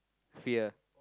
fear